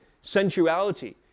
sensuality